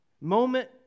moment